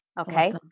Okay